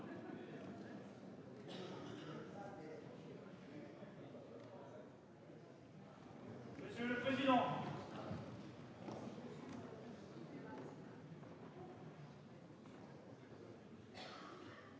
monsieur le président